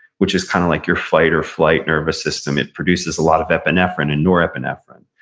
which is kind of like your fight or flight nervous system. it produces a lot of epinephrine and norepinephrine,